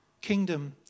Kingdom